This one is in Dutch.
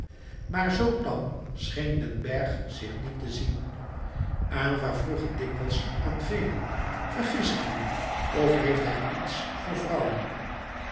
maar zoo tam scheen den bergh zich niet te zien aylva vroeg het dikwijls aan velen vergis ik me of heeft hij iets voor vrouwen